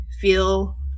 feel